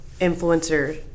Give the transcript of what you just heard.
influencer